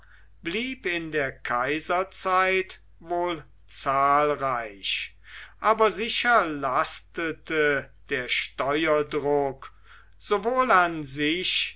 blieb in der kaiserzeit wohl zahlreich aber sicher lastete der steuerdruck sowohl an sich